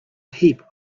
heap